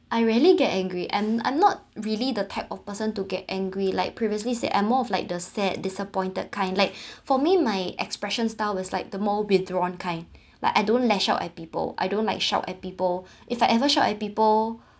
I rarely get angry I'm I'm not really the type of person to get angry like previously said I'm more of like the sad disappointed kind like for me my expression style was like the more withdrawn kind like I don't lash out at people I don't like shout at people if I ever shout at people